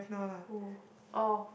who oh